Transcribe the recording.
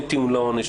כן טיעון לעונש,